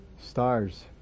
Stars